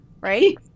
right